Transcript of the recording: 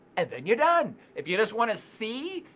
and then you're done. if you just want a c,